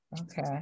okay